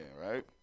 right